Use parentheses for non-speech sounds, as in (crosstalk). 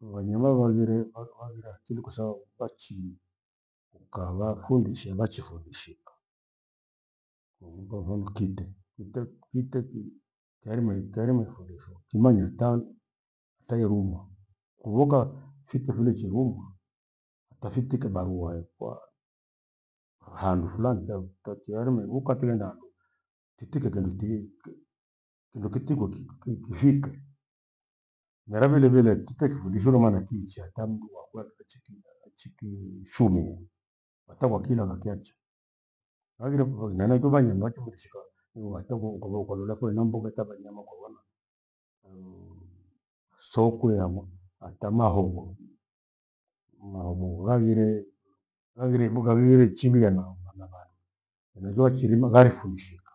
Vanyama vaghire- vaghire akili kwasababu vachii ukavafundisha vachifundishika. Mmh! wa mfano kite, kite- kite ki- kyerime ikyerime fundishwa kimanye tan- tairuma. Kuvuka fitu filicheruma utafitike barua, eh! kwa handu flan kya- takyairima iphuka kighenda andu titike kendu tilile ki- kindo kitigo ki- ki kifike. Mera vilevile kite kifundishwe lomana kiicha ata amdu wakwe wechiki aah! chikii- ishumie. Hata kwa kina nakyacha, haghire mndu nenakio manya maake weshika uwatho kuo nkovo nkulolee na mbuga ta vanyama kwaphona (hesitation) sokwe hamo, hata mahobo, mahobo ghaghire, ghaghirebu ghaghire chini ghanaomba na vandu henachio wachiirima ghalifundishika.